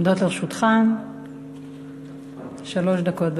עומדות לרשותך שלוש דקות.